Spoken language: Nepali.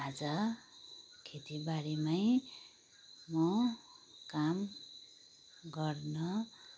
आज खेतीबारीमै म काम गर्न